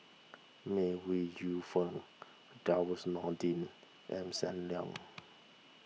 May Ooi Yu Fen Nordin and Sam Leong